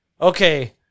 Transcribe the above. Okay